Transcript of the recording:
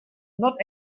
not